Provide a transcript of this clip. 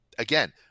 Again